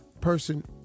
person